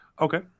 Okay